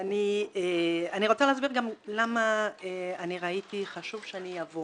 אני רוצה להסביר גם למה ראיתי שחשוב שאני אבוא